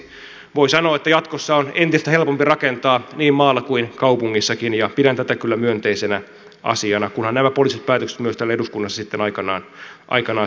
voi sanoa että jatkossa on entistä helpompi rakentaa niin maalla kuin kaupungissakin ja pidän tätä kyllä myönteisenä asiana kunhan nämä poliittiset päätökset myös täällä eduskunnassa sitten aikanaan syntyvät